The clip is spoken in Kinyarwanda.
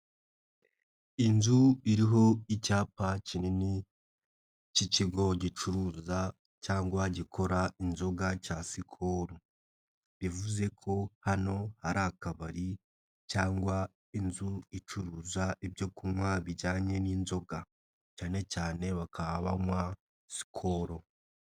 Inzu iriho icyapa kinini k'ikigo gicuruza cyangwa gikora inzoga cya Skol bivuze ko hano hari akabari cyangwa inzu icuruza ibyo kunywa bijyanye n'inzoga cyane cyane bakaba banywa Skol.